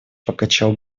покачал